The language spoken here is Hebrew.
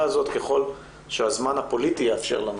הזאת ככל שהזמן הפוליטי יאפשר לנו,